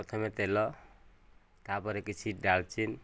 ପ୍ରଥମେ ତେଲ ତା'ପରେ କିଛି ଡାଳଚିନି